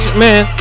man